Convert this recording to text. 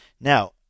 now